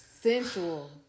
Sensual